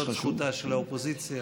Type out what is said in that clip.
וזאת זכותה של האופוזיציה.